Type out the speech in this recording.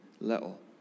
little